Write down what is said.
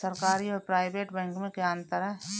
सरकारी और private bank में क्या अंतर है?